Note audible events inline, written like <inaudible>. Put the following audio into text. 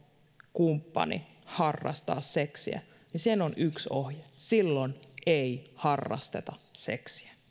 kumppani harrastaa seksiä niin siihen on yksi ohje silloin <unintelligible> ei harrasteta seksiä